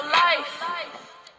life